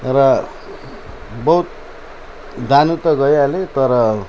र बहुत जानु त गइहालेँ तर